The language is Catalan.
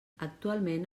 actualment